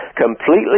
completely